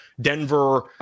Denver